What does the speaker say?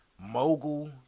mogul